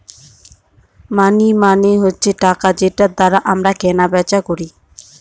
মানি মানে হচ্ছে টাকা যেটার দ্বারা আমরা কেনা বেচা করি